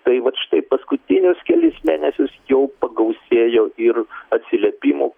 tai vat štai paskutinius kelis mėnesius jau pagausėjo ir atsiliepimų